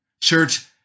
Church